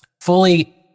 fully